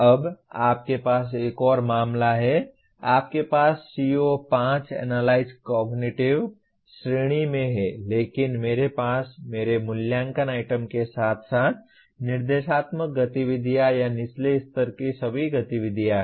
अब आपके पास एक और मामला है आपके पास CO5 एनालाइज कॉग्निटिव श्रेणी में है लेकिन मेरे पास मेरे मूल्यांकन आइटम के साथ साथ निर्देशात्मक गतिविधियाँ या निचले स्तर की सभी गतिविधियाँ हैं